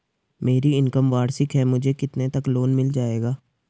मेरी इनकम वार्षिक है मुझे कितने तक लोन मिल जाएगा?